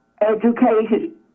education